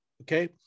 Okay